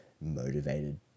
motivated